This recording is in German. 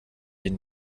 den